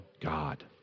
God